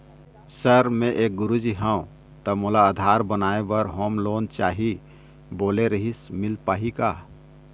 Sir मे एक गुरुजी हंव ता मोला आधार बनाए बर होम लोन चाही बोले रीहिस मील पाही का?